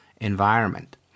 environment